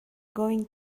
going